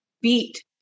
beat